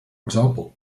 example